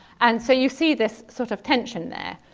and so you see this sort of tension there.